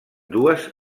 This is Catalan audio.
dues